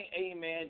Amen